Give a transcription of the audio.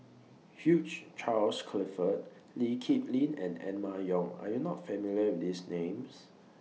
Hugh Charles Clifford Lee Kip Lin and Emma Yong Are YOU not familiar with These Names